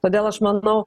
todėl aš manau